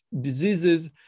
diseases